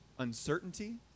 uncertainty